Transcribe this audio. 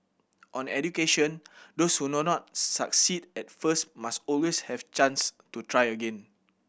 on education those who do not succeed at first must always have chance to try again